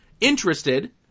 interested